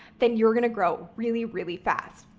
then you're going to grow really, really fast.